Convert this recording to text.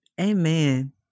Amen